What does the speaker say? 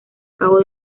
cabo